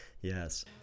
Yes